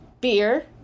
Beer